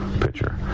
picture